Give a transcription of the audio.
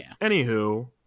Anywho